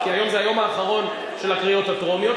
כי היום זה היום האחרון של הקריאות הטרומיות,